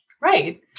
Right